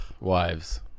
Wives